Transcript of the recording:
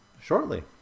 shortly